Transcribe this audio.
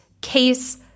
case